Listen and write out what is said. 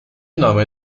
nome